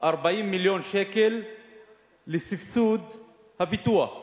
40 מיליון שקל לסבסוד הפיתוח,